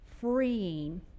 freeing